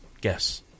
Guess